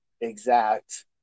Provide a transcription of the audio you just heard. exact